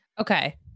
Okay